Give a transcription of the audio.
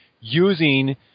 using